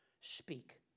speak